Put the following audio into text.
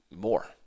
more